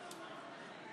פשוט צביעות.